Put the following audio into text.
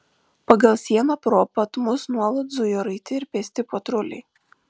pagal sieną pro pat mus nuolat zujo raiti ir pėsti patruliai